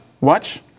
Watch